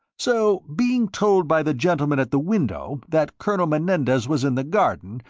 so being told by the gentleman at the window that colonel menendez was in the garden,